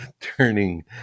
turning